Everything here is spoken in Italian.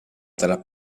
della